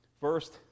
First